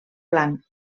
blanc